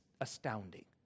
astounding